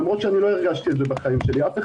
למרות שאני לא הרגשתי את זה בחיים שלי.